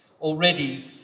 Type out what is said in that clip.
Already